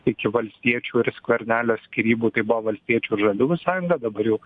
iki valstiečių ir skvernelio skyrybų tai buvo valstiečių ir žaliųjų sąjunga dabar jau